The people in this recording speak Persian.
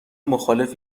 مخالف